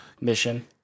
Mission